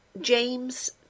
James